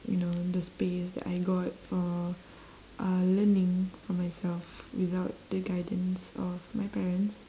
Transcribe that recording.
you know the space that I got for uh learning for myself without the guidance of my parents